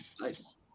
nice